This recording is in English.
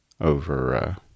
over